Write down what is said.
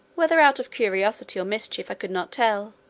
whether out of curiosity or mischief i could not tell